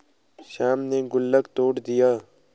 श्याम ने गुल्लक तोड़ दिया